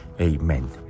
amen